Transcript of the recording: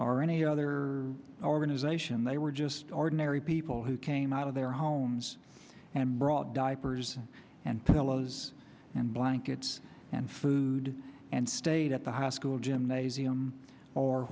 or any other organization they were just ordinary people who came out of their homes and brought diapers and pillows and blankets and food and stayed at the high school gymnasium or